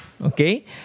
Okay